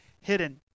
hidden